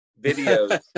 videos